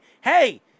hey